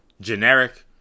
generic